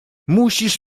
musisz